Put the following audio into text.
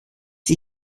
sie